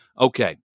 Okay